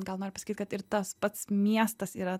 gal noriu pasakyt kad ir tas pats miestas yra